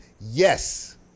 Yes